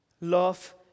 Love